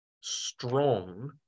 strong